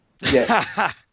Yes